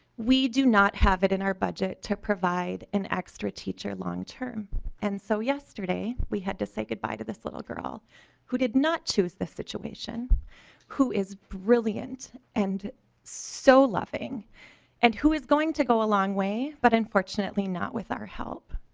we do not have it in our budget to provide a and extra teacher long-term and so yesterday we had to say good buy to this little girl who did not choose the situation who is brilliant and so loving and who is going to go a long way but unfortunately not with our help.